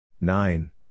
nine